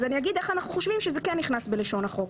אז אני אגיד איך אנחנו חושבים שזה כן נכנס בלשון החוק.